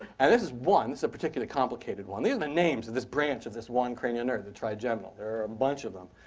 and this is one. this is a particularly complicated one. these are the names of this branch of this one cranial nerve, the trigeminal. there are a bunch of them.